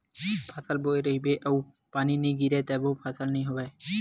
फसल बोए रहिबे अउ पानी नइ गिरिय तभो फसल नइ होवय